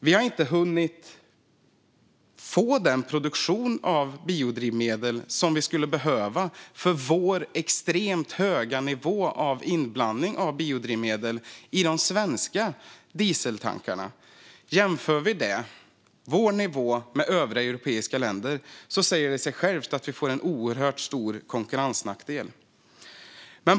Vi har inte hunnit få den produktion av biodrivmedel som vi skulle behöva för vår extremt höga nivå av inblandning av biodrivmedel i de svenska dieseltankarna. Jämför vi vår nivå med nivån i övriga europeiska länder säger det sig självt att vi får en oerhört stor konkurrensnackdel.